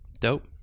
Dope